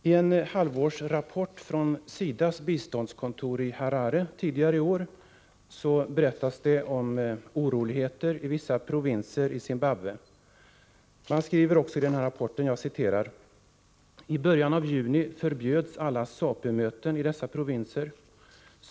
I en halvårsrapport från SIDA:s biståndskontor i Harare tidigare i år berättas det om oroligheter i vissa provinser i Zimbabwe. Man skriver också i rapporten: ”I början av juni förbjöds alla ZAPU-möten i dessa provinser.